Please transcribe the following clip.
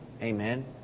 Amen